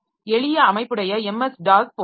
எளிய அமைப்புடைய MS DOS போன்றது